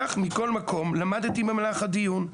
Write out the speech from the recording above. כך, מכל מקום, למדתי במהלך הדיון.